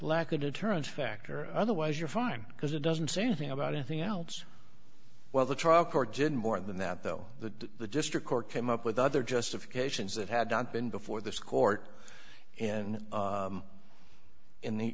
lack a deterrence factor otherwise you're fine because it doesn't say anything about anything else while the trial court did more than that though the the district court came up with other justifications that had not been before this court in in the